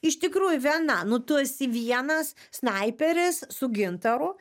iš tikrųjų viena nu tu esi vienas snaiperis su gintaru